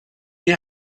die